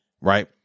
right